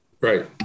Right